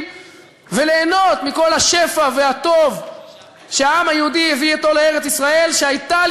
וליהנות מכל השפע והטוב שהעם היהודי הביא אתו לארץ-ישראל,